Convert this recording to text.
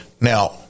now